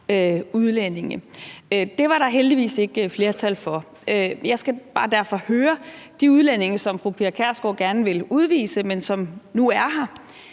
udlændinge. Det var der heldigvis ikke flertal for. Jeg skal bare derfor høre til de udlændinge, som fru Pia Kjærsgaard gerne ville udvise, men som nu er her.